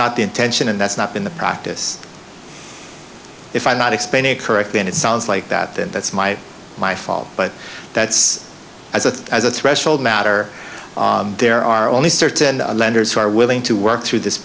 not the intention and that's not been the practice if i'm not explaining it correctly and it sounds like that that's my my fault but that's as a as a threshold matter there are only certain lenders who are willing to work through this